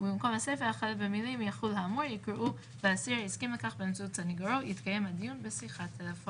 יש איזשהו חריג שמאפשר לקיים דיון בלי נוכחות מתי שמדברים על עריק,